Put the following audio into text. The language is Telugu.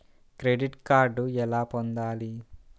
క్రెడిట్ కార్డు ఎలా పొందాలి?